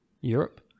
Europe